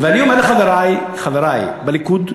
ואני אומר לחברי בליכוד: